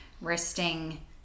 resting